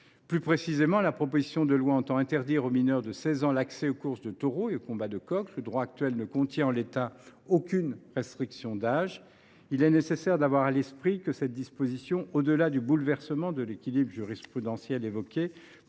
bousculer. La proposition de loi tend à interdire aux mineurs de 16 ans l’accès aux courses de taureaux et aux combats de coqs, alors que le droit en vigueur ne contient aucune restriction d’âge. Il est nécessaire d’avoir à l’esprit le fait que cette disposition, au delà du bouleversement de l’équilibre jurisprudentiel évoqué,